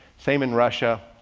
same in russia.